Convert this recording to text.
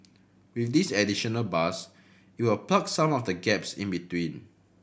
with this additional bus it will plug some of the gaps in between